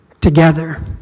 together